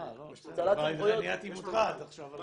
אה, לא, אני נהייתי מוטרד עכשיו מהמשרד.